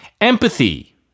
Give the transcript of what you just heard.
Empathy